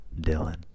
Dylan